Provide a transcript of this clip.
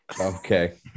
Okay